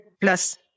plus